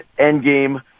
Endgame